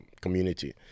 community